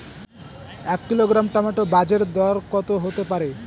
এক kilogram tomato বাজের দরকত হতে পারে?